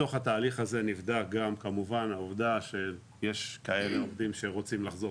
בתוך התהליך הזה נבדקת גם כמובן העובדה שיש כאלה עובדים שרוצים לחזור